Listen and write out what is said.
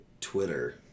Twitter